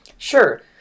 Sure